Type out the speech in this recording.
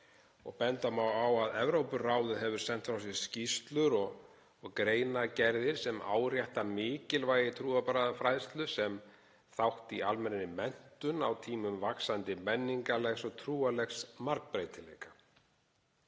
Benda má á að Evrópuráðið hefur sent frá sér skýrslur og greinargerðir sem árétta mikilvægi trúarbragðafræðslu sem þátt í almennri menntun á tímum vaxandi menningarlegs og trúarlegs margbreytileika.